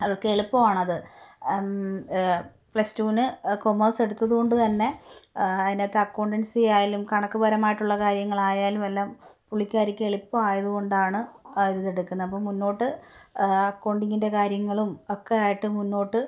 അവൾക്ക് എളുപ്പമാണത് പ്ലസ് ടൂവിന് കോമേഴ്സ് എടുത്തതു കൊണ്ടു തന്നെ അതിനകത്ത് അക്കൗണ്ടൻസി ആയാലും കണക്ക് പരമായിട്ടുള്ള കാര്യങ്ങളായാലും എല്ലാം പുള്ളിക്കാരിക്കും എളുപ്പം ആയതു കൊണ്ടാണിതെടുക്കുന്നത് അപ്പം മുന്നോട്ട് അക്കൗണ്ടിങ്ങിൻ്റെ കാര്യങ്ങളും ഒക്കെ ആയിട്ട് മുന്നോട്ട്